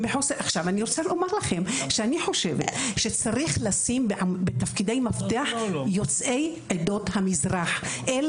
אני חושבת שצריך לשים יוצאי עדות המזרח בתפקידי מפתח.